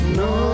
no